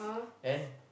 and